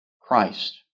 Christ